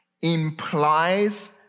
implies